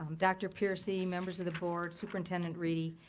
dr. peercy, members of the board, superintendent reedy,